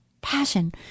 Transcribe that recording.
Passion